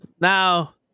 Now